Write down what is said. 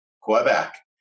Quebec